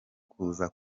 kuza